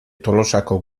tolosako